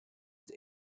the